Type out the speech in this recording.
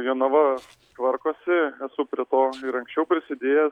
jonava tvarkosi esu prie to ir anksčiau prisidėjęs